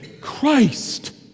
Christ